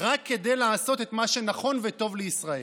רק כדי לעשות את מה שנכון וטוב לישראל.